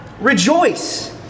rejoice